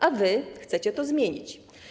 A wy chcecie to zmienić.